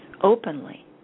openly